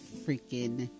freaking